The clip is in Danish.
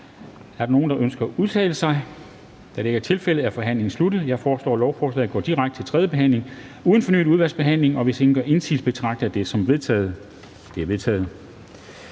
Ønsker nogen at udtale sig? Da det ikke er tilfældet, er forhandlingen sluttet. Jeg foreslår, at lovforslaget går direkte til tredje behandling uden fornyet udvalgsbehandling. Hvis ingen gør indsigelse, betragter jeg det som vedtaget. Det er vedtaget.